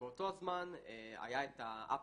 ובאותו זמן היה את האפסטור.